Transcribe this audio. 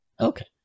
Okay